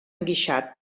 enguixat